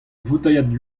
voutailhad